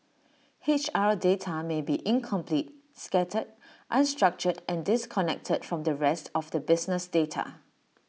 H R data may be incomplete scattered unstructured and disconnected from the rest of the business data